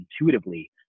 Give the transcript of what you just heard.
intuitively